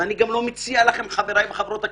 אני גם לא מציע לכם חבריי חברי הכנסת,